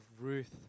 Ruth